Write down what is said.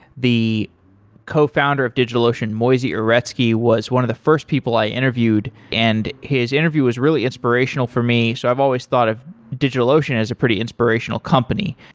the co-founder of digitalocean moisey uretsky was one of the first people i interviewed and his interview was really inspirational for me, so i've always thought of digitalocean as a pretty inspirational company.